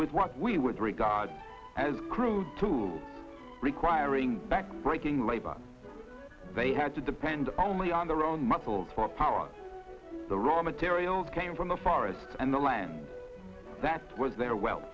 with what we would regard as crude to requiring back breaking labor they had to depend only on their own muscle power the raw materials came from the forest and the land that was there well